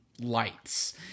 lights